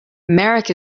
marek